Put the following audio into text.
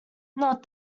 not